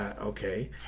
Okay